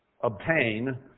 obtain